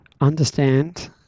Understand